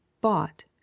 Bought